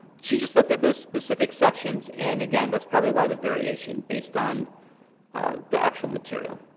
she just looked at those specific sections and again that's probably by the variation based on the actual material